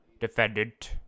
Defendant